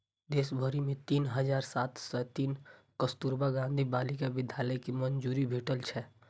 देश भरि मे तीन हजार सात सय तीन कस्तुरबा गांधी बालिका विद्यालय कें मंजूरी भेटल छै